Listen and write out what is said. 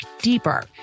deeper